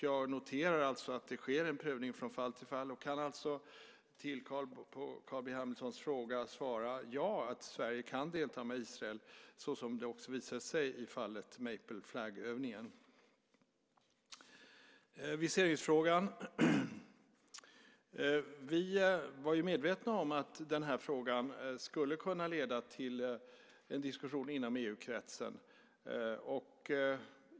Jag noterar alltså att det sker en prövning från fall till fall och kan på Carl B Hamiltons fråga svara att ja, Sverige kan delta med Israel, såsom det också visade sig i fallet Maple Flag-övningen. När det gäller viseringsfrågan var vi medvetna om att den här frågan skulle kunna leda till en diskussion inom EU-kretsen.